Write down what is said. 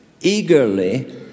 eagerly